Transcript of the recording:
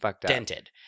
dented